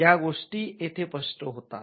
या गोष्टी येथे स्पष्ट होतात